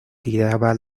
tiraba